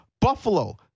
Buffalo